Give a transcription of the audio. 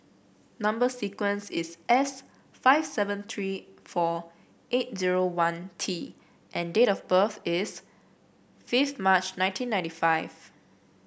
number sequence is S five seven three four eight zero one T and date of birth is five March nineteen ninety five